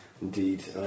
Indeed